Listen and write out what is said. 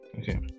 Okay